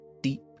deep